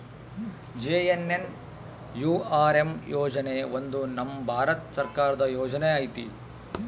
JNNURM ಯೋಜನೆ ಒಂದು ನಮ್ ಭಾರತ ಸರ್ಕಾರದ ಯೋಜನೆ ಐತಿ